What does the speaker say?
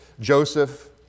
Joseph